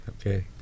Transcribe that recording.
Okay